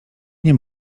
nie